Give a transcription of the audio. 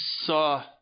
saw